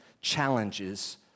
challenges